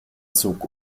zog